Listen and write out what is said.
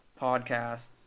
podcasts